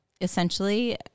essentially